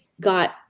got